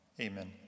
Amen